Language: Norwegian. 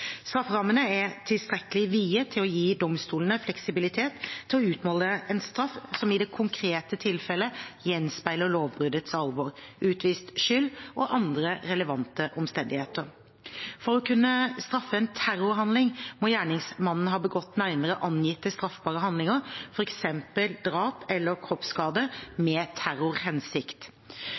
Strafferammene er tilstrekkelig vide til å gi domstolene fleksibilitet til å utmåle en straff som i det konkrete tilfellet gjenspeiler lovbruddets alvor, utvist skyld og andre relevante omstendigheter. For å kunne straffes for en terrorhandling må gjerningspersonen ha begått nærmere angitte straffbare handlinger, f.eks. drap eller kroppsskade, med terrorhensikt.